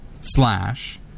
slash